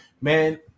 man